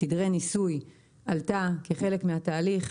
תדרי ניסוי עלתה כחלק מהתהליך,